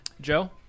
Joe